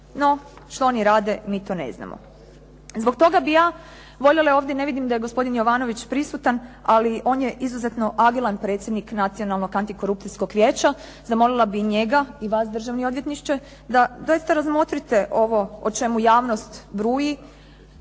No, što oni rade mi to ne znamo. Zbog toga bih ja voljela ja ovdje ne vidim da je gospodin Jovanović prisutan, ali on je izuzetno agilan predsjednik Nacionalnog antikorupcijskog vijeća. Zamolila bih i njega i vaš državni odvjetniče da doista razmotrite ovo o čemu javnost bruji